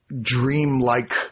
dreamlike